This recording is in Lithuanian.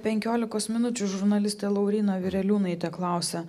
penkiolikos minučių žurnalistė lauryna vireliūnaitė klausia